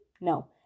No